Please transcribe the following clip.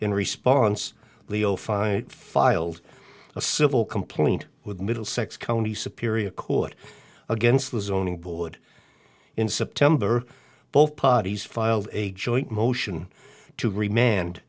in response leo five filed a civil complaint with middlesex county superior court against the zoning board in september both parties filed a joint motion to remain